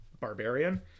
barbarian